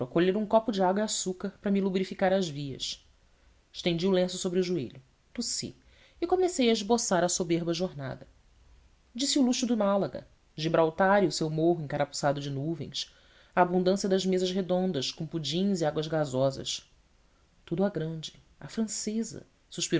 colher um copo de água e açúcar para me lubrificar as vias estendi o lenço sobre o joelho tossi e comecei a esboçar a soberba jornada disse o luxo do málaga gibraltar e o seu morro encarapuçado de nuvens a abundância das mesas redondas com pudins e águas gasosas tudo à grande à francesa